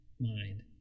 mind